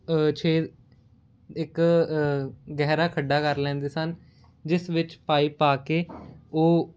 ਛੇ ਇੱਕ ਗਹਿਰਾ ਖੱਡਾ ਕਰ ਲੈਂਦੇ ਸਨ ਜਿਸ ਵਿੱਚ ਪਾਈਪ ਪਾ ਕੇ ਉਹ